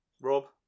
Rob